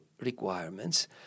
requirements